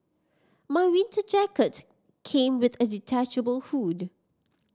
my winter jacket came with a detachable hood